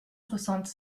soixante